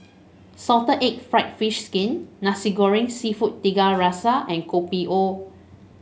Salted Egg fried fish skin Nasi Goreng seafood Tiga Rasa and Kopi O